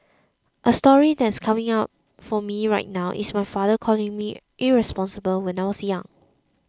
a story that's coming up for me right now is my father calling me irresponsible when I was young